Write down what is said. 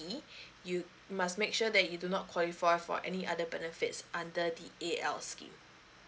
you must make sure that you do not qualify for any other benefits under the A_L scheme